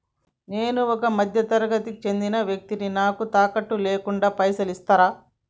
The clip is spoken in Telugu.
నేను ఒక మధ్య తరగతి కి చెందిన వ్యక్తిని నాకు తాకట్టు లేకుండా పైసలు ఇస్తరా?